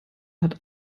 hat